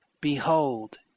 Behold